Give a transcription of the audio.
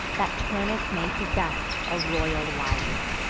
that turnus may possess a royal wife.